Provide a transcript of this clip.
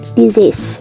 disease